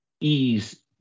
ease